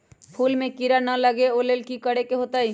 फूल में किरा ना लगे ओ लेल कि करे के होतई?